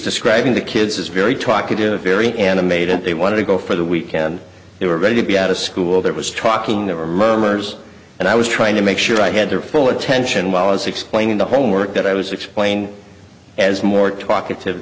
describing the kids as very talkative very animated they wanted to go for the weekend they were ready to be out of school there was talking there were murmurs and i was trying to make sure i had their full attention while i was explaining the homework that i was explaining as more talkative